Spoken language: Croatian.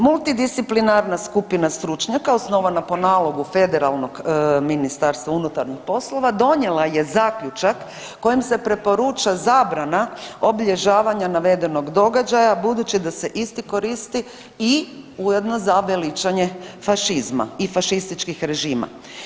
Multidisciplinarna skupina stručnjaka osnovana po nalogu federalnog Ministarstva unutarnjih poslova donijela je zaključak kojim se preporuča zabrana obilježavanja navedenog događaja budući da se isti koristi i ujedno za veličanje fašizma i fašističkih režima.